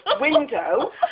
window